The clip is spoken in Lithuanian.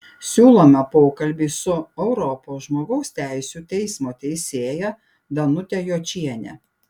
siūlome pokalbį su europos žmogaus teisių teismo teisėja danute jočiene